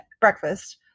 breakfast